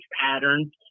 patterns